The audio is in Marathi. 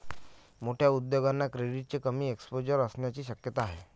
मोठ्या उद्योगांना क्रेडिटचे कमी एक्सपोजर असण्याची शक्यता आहे